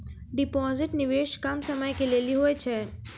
Deposit निवेश कम समय के लेली होय छै?